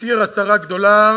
הצהיר הצהרה גדולה